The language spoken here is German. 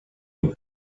wurde